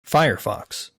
firefox